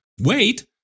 wait